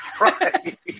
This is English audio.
Right